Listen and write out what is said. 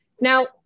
Now